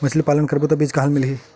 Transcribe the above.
मछरी पालन करबो त बीज कहां मिलही?